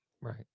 right